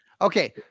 okay